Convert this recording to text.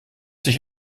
sich